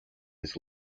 his